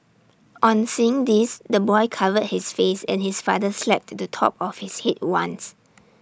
on seeing this the boy covered his face and his father slapped the top of his Head once